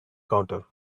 counter